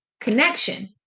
connection